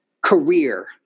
career